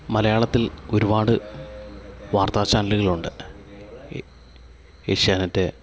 മലയാളത്തിൽ ഒരുപാട് വാർത്താചാനലുകളുണ്ട് ഏഷ്യാനെറ്റ്